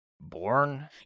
born